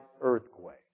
earthquake